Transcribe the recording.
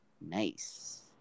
Nice